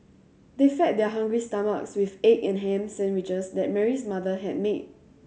they fed their hungry stomachs with the egg and ham sandwiches that Mary's mother had made